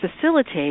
facilitate